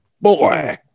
Boy